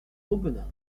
aubenas